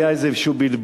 היה איזה בלבול,